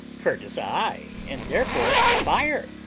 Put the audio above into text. curtis, ay and therefore fire,